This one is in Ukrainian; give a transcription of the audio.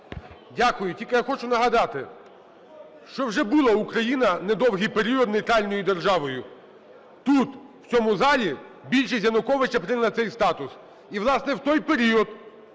Дякую. Тільки я хочу нагадати, що вже була Україна недовгий період нейтральною державою. Тут, в цьому залі більшість Януковича прийняла цей статус. І, власне, в той період